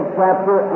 chapter